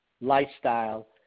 lifestyle